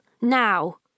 now